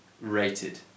rated